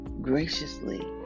graciously